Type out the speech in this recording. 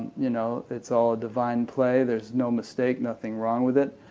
you know it's all a divine play, there's no mistake, nothing wrong with it.